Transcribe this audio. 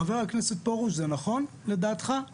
ח"כ פרוש, זה נכון לדעתך?